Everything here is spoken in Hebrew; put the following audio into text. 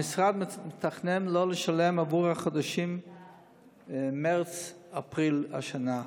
המשרד מתכנן לא לשלם עבור החודשים מרץ-אפריל השנה.